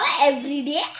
everyday